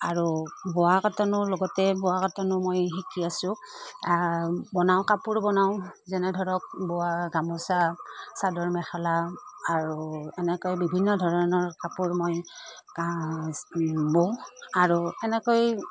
আৰু বোৱা কাটাৰৰ লগতে বোৱা কটাও মই শিকি আছো বনাওঁ কাপোৰ বনাওঁ যেনে ধৰক বোৱা গামোচা চাদৰ মেখেলা আৰু এনেকৈ বিভিন্ন ধৰণৰ কাপোৰ মই বওঁ আৰু এনেকৈ